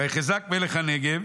"ויחזק מלך הנגב"